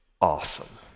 awesome